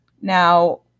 Now